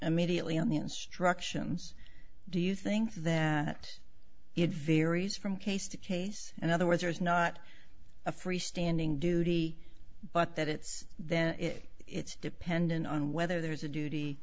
immediately on the instructions do you think that it varies from case to case in other words there is not a freestanding duty but that it's then if it's dependent on whether there's a duty